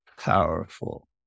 powerful